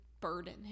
burden